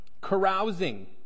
Carousing